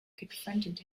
confronted